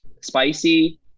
spicy